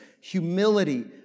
humility